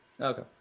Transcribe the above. Okay